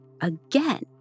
again